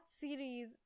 series